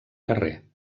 carrer